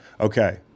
okay